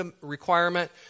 requirement